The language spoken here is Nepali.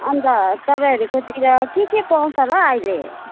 अन्त तपाईँहरूकोतिर के के पाउँछ होला अहिले